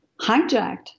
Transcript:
hijacked